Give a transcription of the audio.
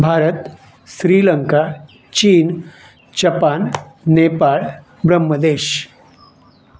भारत श्रीलंका चीन जपान नेपाळ ब्रम्हदेश